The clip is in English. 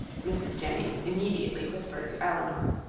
mrs. jennings immediately whispered to elinor,